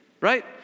right